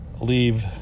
leave